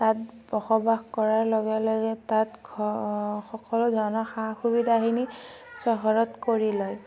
তাত বসবাত কৰাৰ লগে লগে তাত ঘৰ সকলো ধৰণৰ সা সুবিধাখিনি চহৰত কৰি লয়